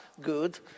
good